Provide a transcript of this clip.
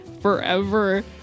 forever